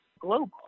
global